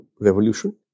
revolution